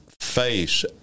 face